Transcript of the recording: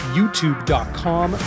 YouTube.com